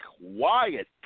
Wyatt